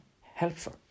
helpful